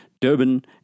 Durban